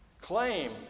Claim